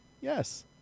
Yes